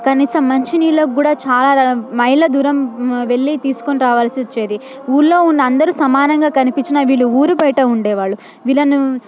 కనీసం మంచి నీళ్ళకు కూడా చాలా మైళ్ళ దూరం వెళ్ళి తీసుకొని రావాలసి వచ్చేది ఊళ్ళో ఉన్న అందరూ సమానంగా కనిపించినా వీళ్ళు ఊరి బయట ఉండేవాళ్ళు వీళ్ళను